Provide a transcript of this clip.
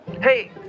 Hey